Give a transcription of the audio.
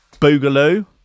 Boogaloo